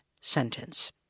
sentence